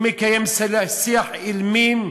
הוא מקיים שיח אילמים,